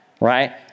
right